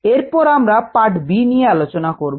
এরপর আমরা part b নিয়ে আলোচনা করব